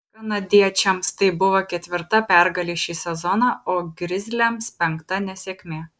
kanadiečiams tai buvo ketvirta pergalė šį sezoną o grizliams penkta nesėkmė